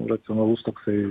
racionalus toksai